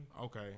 Okay